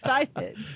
excited